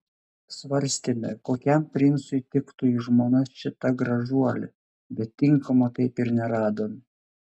svarstėme kokiam princui tiktų į žmonas šita gražuolė bet tinkamo taip ir neradome